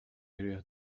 area